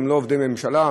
הם לא עובדי ממשלה,